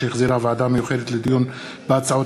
שהחזירה הוועדה המיוחדת לדיון בהצעות